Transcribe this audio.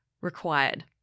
required